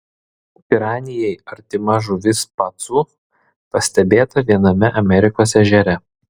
piranijai artima žuvis pacu pastebėta viename amerikos ežere